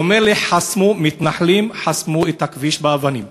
אומר לי: חסמו, מתנחלים, את הכביש באבנים.